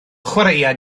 chwaraea